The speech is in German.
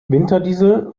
winterdiesel